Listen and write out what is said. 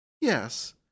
Yes